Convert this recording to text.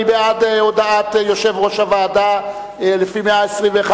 מי בעד הודעת יושב-ראש הוועדה לפי 121?